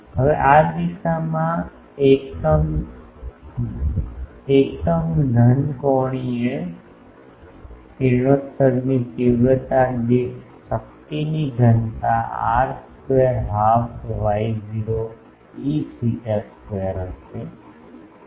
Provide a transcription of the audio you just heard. હવે આ દિશામાં એકમ ઘન કોણીય કિરણોત્સર્ગની તીવ્રતા દીઠ શક્તિની ઘનતા r square half Y0 Eθ square હશે